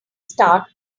start